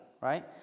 right